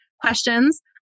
questions